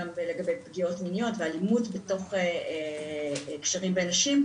גם לגבי פגיעות מיניות ואלימות בקשרים בין נשים,